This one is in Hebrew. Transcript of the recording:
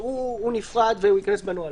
שהוא נפרד והוא ייכנס בנוהל,